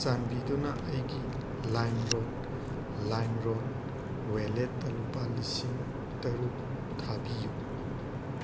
ꯆꯥꯟꯕꯤꯗꯨꯅ ꯑꯩꯒꯤ ꯂꯥꯏꯝꯔꯣꯗ ꯂꯥꯏꯝꯔꯣꯗ ꯋꯥꯂꯦꯠꯇ ꯂꯨꯄꯥ ꯂꯤꯁꯤꯡ ꯇꯔꯨꯛ ꯊꯥꯕꯤꯌꯨ